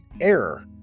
error